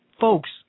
folks